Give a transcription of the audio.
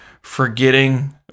forgetting